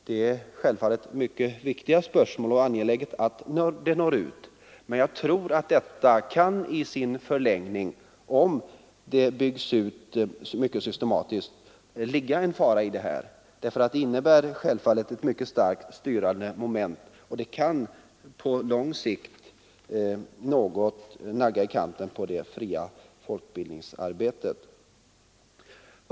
Det är självfallet mycket viktiga spörsmål, och det är naturligtvis angeläget att den informationen når ut, men jag tror att det kan ligga en fara i detta, om den byggs ut mycket systematiskt. Det innebär självfallet en mycket stark styrning, och det kan på lång sikt nagga det fria folkbildningsarbetet i kanten.